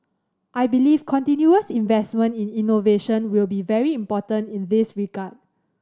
I believe continuous investment in innovation will be very important in this regard